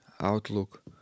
outlook